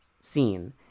scene